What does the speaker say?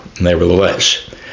nevertheless